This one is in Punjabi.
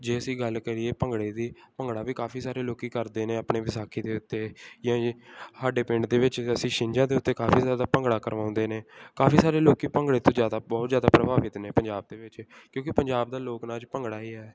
ਜੇ ਅਸੀਂ ਗੱਲ ਕਰੀਏ ਭੰਗੜੇ ਦੀ ਭੰਗੜਾ ਵੀ ਕਾਫੀ ਸਾਰੇ ਲੋਕ ਕਰਦੇ ਨੇ ਆਪਣੇ ਵਿਸਾਖੀ ਦੇ ਉੱਤੇ ਜਾਂ ਸਾਡੇ ਪਿੰਡ ਦੇ ਵਿਚ ਅਸੀਂ ਛਿੰਝਾਂ ਦੇ ਉੱਤੇ ਕਾਫੀ ਜ਼ਿਆਦਾ ਭੰਗੜਾ ਕਰਵਾਉਂਦੇ ਨੇ ਕਾਫੀ ਸਾਰੇ ਲੋਕ ਭੰਗੜੇ ਤੋਂ ਜ਼ਿਆਦਾ ਬਹੁਤ ਜ਼ਿਆਦਾ ਪ੍ਰਭਾਵਿਤ ਨੇ ਪੰਜਾਬ ਦੇ ਵਿੱਚ ਕਿਉਂਕਿ ਪੰਜਾਬ ਦਾ ਲੋਕ ਨਾਚ ਭੰਗੜਾ ਹੀ ਹੈ